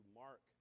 mark